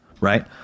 right